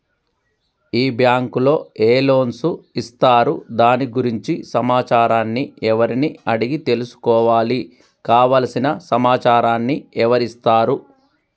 ఈ బ్యాంకులో ఏ లోన్స్ ఇస్తారు దాని గురించి సమాచారాన్ని ఎవరిని అడిగి తెలుసుకోవాలి? కావలసిన సమాచారాన్ని ఎవరిస్తారు?